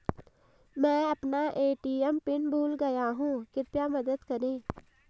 मैं अपना ATM pin भूल गया हूँ कृपया मदद करें